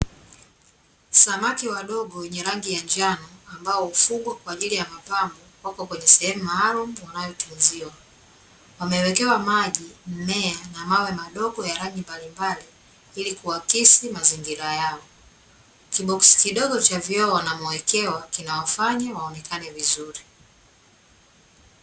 Samaki wadogo wenye rangi ya njano ambao hufugwa kwa ajili ya mapambo wako kwenye sehemu maalumu wanayotunziwa. Wamewekewa maji, mmea na mawe madogo ya rangi mbalimbali ilikuakisi mazingira yao. Kiboksi kidogo cha vioo wanamowekewa kinawafanya waonekane vizuri.